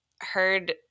heard